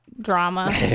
drama